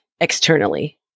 externally